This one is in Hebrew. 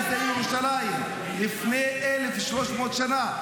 --- לפני 1,300 שנה.